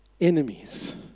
enemies